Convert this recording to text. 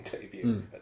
debut